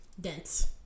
Dense